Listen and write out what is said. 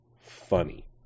funny